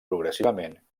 progressivament